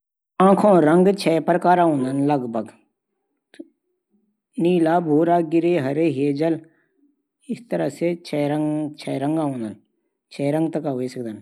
दुनिया भर मा अलग अलग लगभग सात हजार भाषा छन।